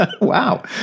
wow